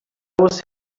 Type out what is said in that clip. was